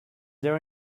there